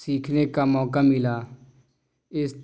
سیکھنے کا موقع ملا اس